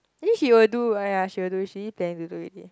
actually she will do ah ya she will she already planning to do already